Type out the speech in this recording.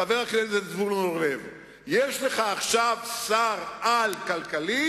חבר הכנסת זבולון אורלב, יש לך עכשיו שר-על כלכלי.